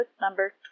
number